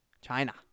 China